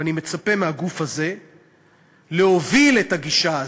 אני מצפה מהגוף הזה להוביל את הגישה הזאת,